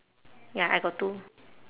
ya I got two